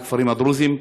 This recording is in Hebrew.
מהכפרים הדרוזיים,